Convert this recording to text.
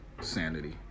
Sanity